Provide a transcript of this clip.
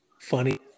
funny